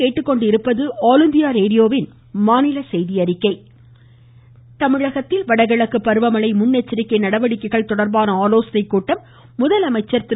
முதலமைச்சர் தமிழகத்தில் வடகிழக்கு பருவமழை முன்னெச்சரிக்கை நடவடிக்கைகள் தொடர்பான ஆலோசனைக் கூட்டம் முதலமைச்சர் திரு